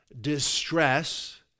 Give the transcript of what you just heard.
distress